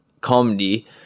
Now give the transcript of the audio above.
comedy